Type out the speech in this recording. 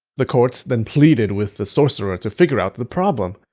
the court then pleaded with the sorcerer to figure out the problem.